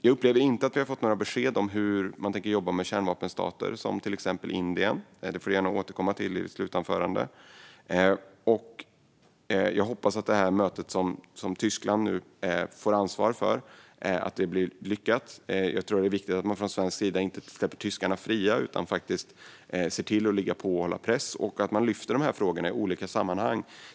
Jag upplever inte att vi har fått några besked om hur man tänker jobba med kärnvapenstater som till exempel Indien. Det får du gärna återkomma till i ditt slutanförande. Jag hoppas att mötet som Tyskland nu får ansvar för blir lyckat. Jag tror att det är viktigt att man från svensk sida inte släpper tyskarna fria utan ser till att ligga på och hålla press och att man lyfter dessa frågor i olika sammanhang.